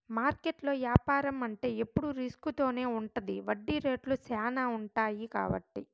మార్కెట్లో యాపారం అంటే ఎప్పుడు రిస్క్ తోనే ఉంటది వడ్డీ రేట్లు శ్యానా ఉంటాయి కాబట్టి